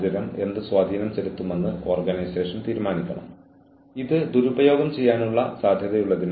അച്ചടക്കത്തിൽ പിന്തുടരുന്ന ചില മാനദണ്ഡങ്ങളിൽ ഒന്നാണ് നിയമങ്ങളുടെയും പ്രകടന മാനദണ്ഡങ്ങളുടെയും ആശയവിനിമയം